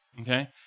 Okay